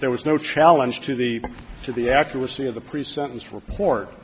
there was no challenge to the to the accuracy of the pre sentence repor